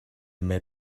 made